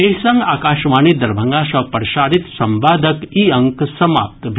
एहि संग आकाशवाणी दरभंगा सँ प्रसारित संवादक ई अंक समाप्त भेल